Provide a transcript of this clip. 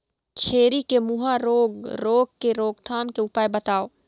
छेरी के मुहा रोग रोग के रोकथाम के उपाय बताव?